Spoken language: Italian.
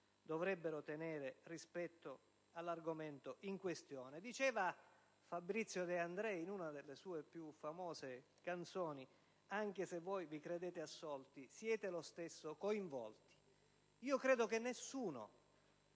dovrebbero tenere rispetto all'argomento in questione. Diceva Fabrizio De André, in una delle sue più famose canzoni, «anche se voi vi credete assolti siete lo stesso coinvolti». Io credo che nessun